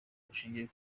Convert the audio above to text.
bushingiye